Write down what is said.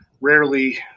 rarely